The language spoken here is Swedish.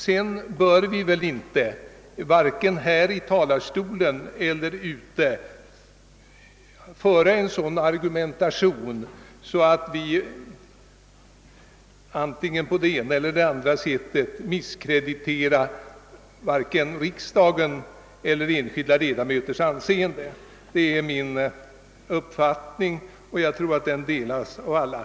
Sedan bör vi väl inte vare sig här i talarstolen eller ute i landet föra en sådan argumentation att vi på det ena eller andra sättet misskrediterar riksdagens eller enskilda ledamöters anseende. Det är min uppfattning och jag tror att den delas av alla.